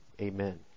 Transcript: Amen